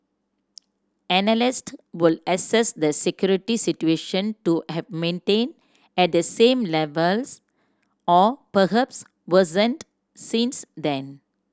analyst would assess the security situation to have maintained at the same levels or perhaps worsened since then